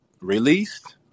released